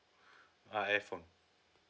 uh iphone